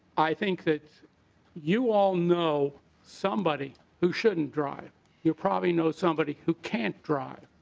i think that you all know somebody who shouldn't drive you probably know somebody who can't drive.